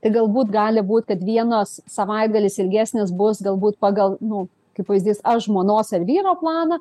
tai galbūt gali būt kad vienos savaitgalis ilgesnis bus galbūt pagal nu kaip pavyzdys ar žmonos ar vyro planą